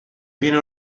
viene